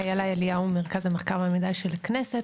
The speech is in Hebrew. אני איילה אליהו ממרכז המחקר והמידע של הכנסת,